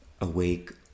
awake